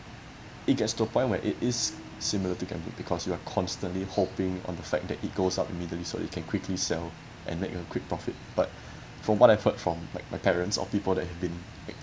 it gets to a point where it is similar to gambling because you are constantly hopping on the fact that it goes up immediately so it can quickly sell and make a quick profit but from what I've heard from like my parents or people that have been